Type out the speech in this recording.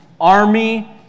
army